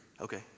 Okay